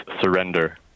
surrender